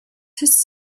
his